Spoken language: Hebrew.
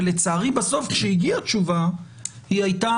ולצערי בסוף כשהגיעה תשובה היא הייתה